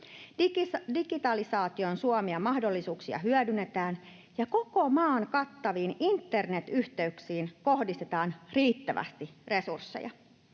Digitalisaation suomia mahdollisuuksia hyödynnetään ja koko maan kattaviin internetyhteyksiin kohdistetaan riittävästi resursseja.